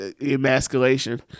emasculation